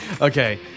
Okay